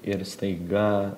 ir staiga